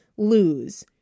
lose